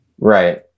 Right